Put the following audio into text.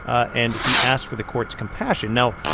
and he asked for the court's compassion. now,